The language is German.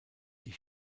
die